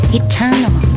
eternal